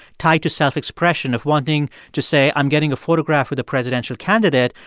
tied to self-expression, of wanting to say, i'm getting a photograph with a presidential candidate,